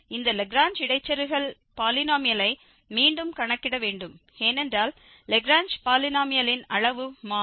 இந்த லாக்ரேஞ்ச் இடைச்செருகல் பாலினோமியலை மீண்டும் கணக்கிட வேண்டும் ஏனென்றால் லாக்ரேஞ்ச் பாலினோமியலின் அளவு மாறும்